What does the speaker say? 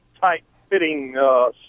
tight-fitting